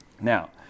Now